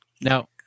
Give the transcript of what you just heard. Now